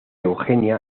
eugenia